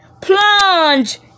Plunge